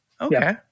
Okay